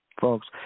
Folks